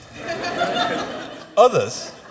Others